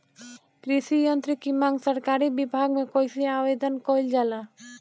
कृषि यत्र की मांग सरकरी विभाग में कइसे आवेदन कइल जाला?